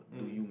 mm